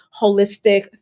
holistic